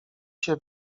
się